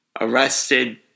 arrested